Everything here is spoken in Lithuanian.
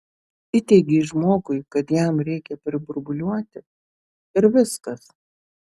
įteigei žmogui kad jam reikia priburbuliuoti ir viskas